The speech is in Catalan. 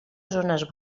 zones